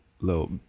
Little